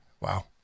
Wow